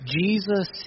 Jesus